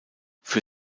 für